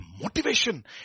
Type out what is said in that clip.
motivation